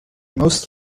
most